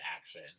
action